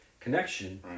connection